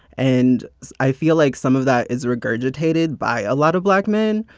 and i feel like some of that is regurgitated by a lot of black men.